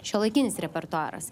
šiuolaikinis repertuaras